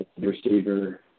Receiver